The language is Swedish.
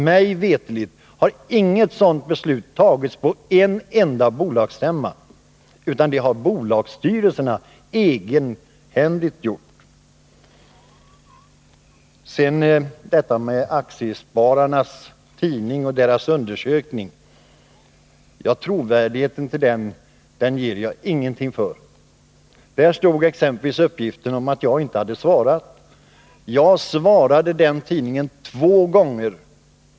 Mig veterligen har inget sådant beslut fattats på en enda bolagsstämma, utan de besluten har bolagsstyrelserna egenhändigt fattat. Vad sedan gäller tidningen Aktiespararen och dess undersökning ger jag ingenting för trovärdigheten hos den tidningen. Där fanns exempelvis uppgiften om att jag inte hade svarat på en fråga. Jag svarade den tidningen två gånger.